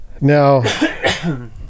now